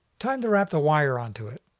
time to wrap the wire onto it.